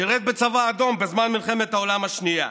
שירת בצבא האדום בזמן מלחמת העולם השנייה.